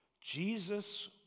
Jesus